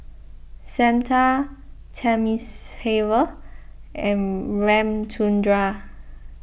Santha Thamizhavel and Ramchundra